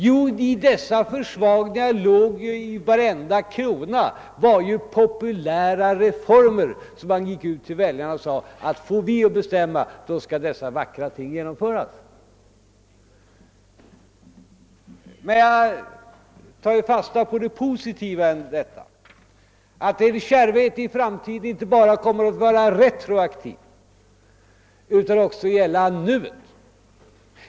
Jo, varenda krona av dessa försvagningar innebar ju populära reformer som man gick ut med till väljarna och sade: »Får vi bestämma så skall dessa vackra ting genomföras.» Men jag tar fasta på det positiva i detta, nämligen att er kärvhet i framtiden inte bara kommer att vara retroaktiv utan också gälla nuet.